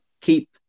keep